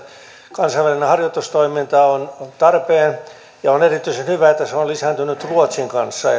kansainvälinen harjoitustoiminta on tarpeen ja on erityisen hyvä että se on lisääntynyt ruotsin kanssa